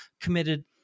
committed